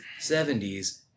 70s